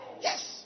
Yes